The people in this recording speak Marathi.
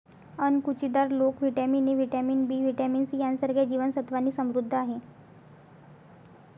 अणकुचीदार लोकी vitamin A, vitamin B, vitamin C यांसारख्या जीवन सत्त्वांनी समृद्ध आहे